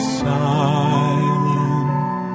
silent